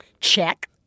check